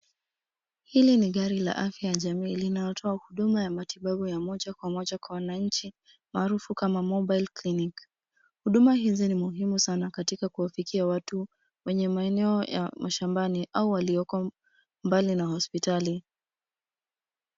Hili ni gari la afya ya jamii linalotoa huduma ya matibabu ya moja kwa moja kwa wananchi, maarufu kama mobile clinic . Huduma hizi ni muhimu sana katika kuwafikia watu, wenye maeneo ya mashambani au walioko mbali na hospitali.